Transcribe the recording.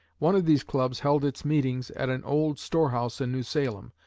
one of these clubs held its meetings at an old store-house in new salem,